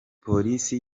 polisi